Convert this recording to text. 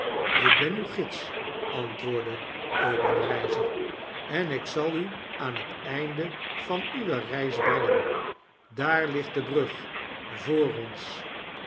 ik ben uw gids antwoordde obenreizer en ik zal u aan net einde van uwe reis brengen daar ligt de brug voor ons